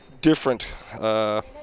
different